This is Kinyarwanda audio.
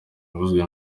yavuzwe